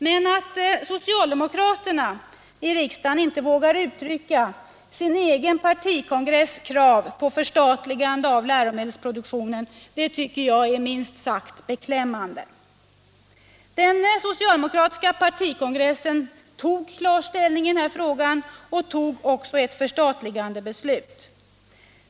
Men att socialdemokraterna i riksdagen inte vågar uttrycka sin egen partikongress krav på förstatligande av läromedelsproduktionen, det tycker jag är minst sagt beklämmande. Den socialdemokratiska partikongressen tog klar ställning i den här frågan och fattade också ett beslut om förstatligande.